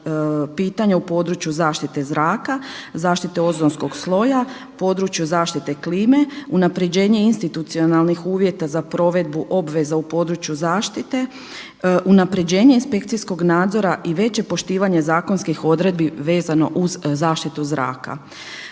pitanje u području zaštite zraka, zaštite ozonskog sloja, području zaštite klime, unapređenje institucionalnih uvjeta za provedbu obveza u području zaštite, unapređenje inspekcijskog nadzora i veće poštivanje zakonskih odredbi vezano uz zaštitu zraku.